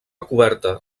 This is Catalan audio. coberta